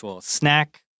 snack